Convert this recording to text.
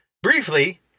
Briefly